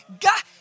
God